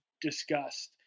discussed